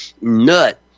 nut